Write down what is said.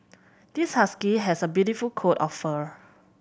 this husky has a beautiful coat of fur